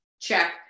Check